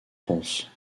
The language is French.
france